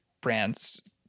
brands